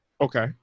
Okay